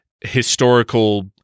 historical